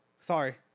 Sorry